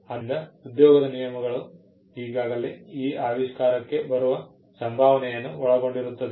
ಆದ್ದರಿಂದ ಉದ್ಯೋಗದ ನಿಯಮಗಳು ಈಗಾಗಲೇ ಈ ಆವಿಷ್ಕಾರಕ್ಕೆ ಬರುವ ಸಂಭಾವನೆಯನ್ನು ಒಳಗೊಂಡಿರುತ್ತದೆ